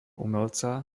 umelca